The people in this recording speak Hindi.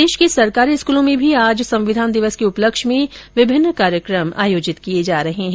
प्रदेश के सरकारी स्कूलों में भी आज संविधान दिवस के उपलक्ष में विभिन्न कार्यक्रमों का आयोजन किया जा रहा है